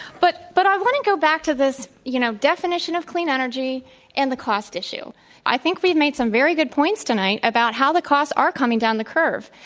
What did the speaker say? but but i want to go back to this, you know, definition of clean energy and the cost issue i think we've made some very big points tonight, about how the costs are coming down the curve.